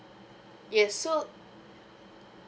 yes so